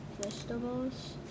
vegetables